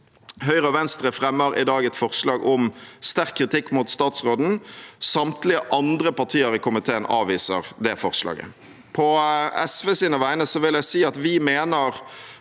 Høyre og Venstre fremmer i dag et forslag om sterk kritikk mot statsråden. Samtlige andre partier i komiteen avviser forslaget. På SVs vegne vil jeg si at vi mener